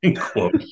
quote